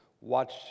watch